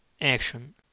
action